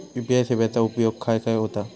UPI सेवेचा उपयोग खाय खाय होता?